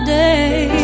day